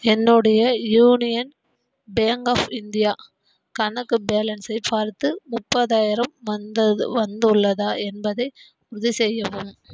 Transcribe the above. என்னுடைய union bank of India கணக்கு பேலன்ஸை பார்த்து முப்பதாயிரம் வந்தது வந்துள்ளதா என்பதை உறுதிசெய்யவும்